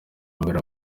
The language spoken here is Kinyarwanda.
mbere